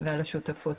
ועל השותפות.